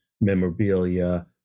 memorabilia